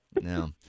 No